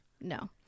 No